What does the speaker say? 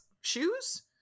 shoes